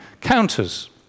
counters